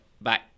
Bye